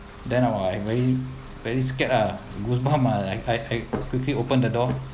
then I very very scared ah goosebumps ah like I I quickly open the door